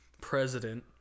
president